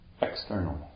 External